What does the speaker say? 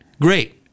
Great